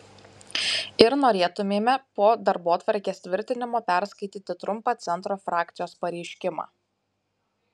ir norėtumėme po darbotvarkės tvirtinimo perskaityti trumpą centro frakcijos pareiškimą